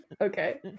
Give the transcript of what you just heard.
Okay